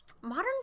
Modern